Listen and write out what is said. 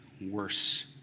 worse